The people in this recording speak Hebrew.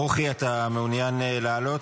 ברוכי, אתה מעוניין לעלות?